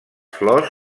flors